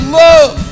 love